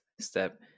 step